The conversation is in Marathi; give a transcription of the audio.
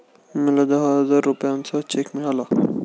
मला दहा हजार रुपयांचा चेक मिळाला